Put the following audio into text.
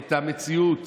את המציאות